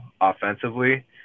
offensively